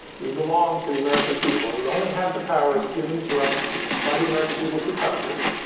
we belong to the american people. we only have the powers given to us by the american people through congress.